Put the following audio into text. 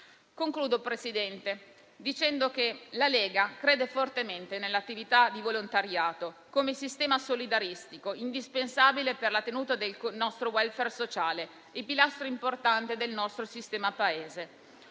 Signor Presidente, la Lega crede fortemente nell'attività di volontariato come sistema solidaristico, indispensabile per la tenuta del nostro *welfare* sociale e pilastro importante del nostro sistema Paese.